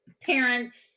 parents